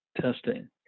testing